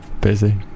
Busy